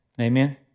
Amen